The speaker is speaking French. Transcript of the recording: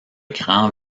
grand